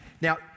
Now